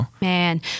Man